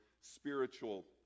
spiritual